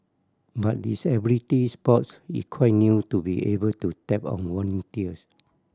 but disability sports is quite new to be able to tap on volunteers